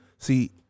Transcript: See